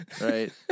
Right